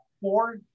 Four